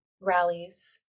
rallies